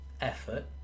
effort